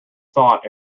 thought